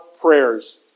prayers